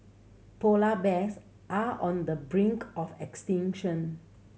polar bears are on the brink of extinction